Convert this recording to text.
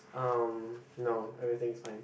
um no everything is fine